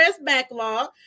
backlog